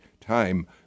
time